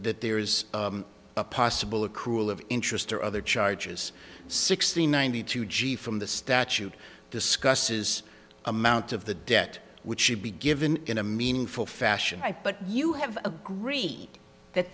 that there is a possible accrual of interest or other charges sixty ninety two g from the statute discusses amount of the debt which should be given in a meaningful fashion i but you have agreed that